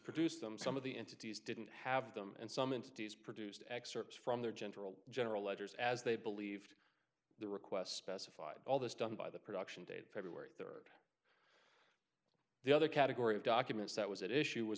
produce them some of the entities didn't have them and some entities produced excerpts from their general general ledgers as they believed the request specified all this done by the production dated february or the other category of documents that was at issue was